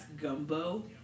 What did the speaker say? gumbo